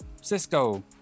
Cisco